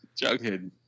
Jughead